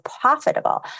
profitable